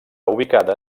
ubicada